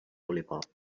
lollipop